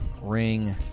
Ring